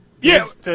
Yes